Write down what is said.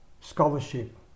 scholarship